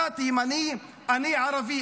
אתה תימני, אני ערבי.